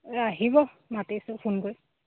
আহিব মাতিছোঁ ফোন কৰি